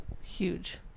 Huge